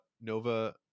Nova